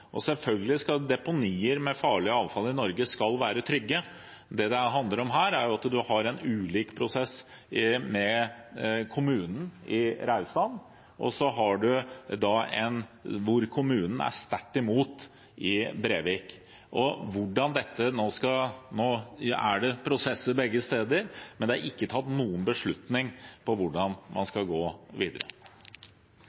og selvfølgelig skal deponier med farlig avfall i Norge være trygge. Det det handler om her, er at en har en ulik prosess med kommunen når det gjelder Raudsand, og der kommunen er sterkt imot i Brevik. Nå er det prosesser begge steder, men det er ikke tatt noen beslutning om hvordan man